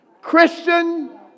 Christian